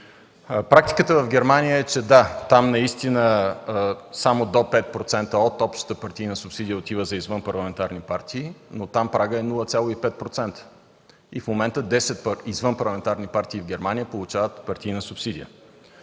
Практиката в Германия е, че – да, само до 5% от общата партийна субсидия отива за извънпарламентарни партии, но там прагът е 0,5%, и в момента 10 извънпарламентарни партии в Германия получават партийна субсидия.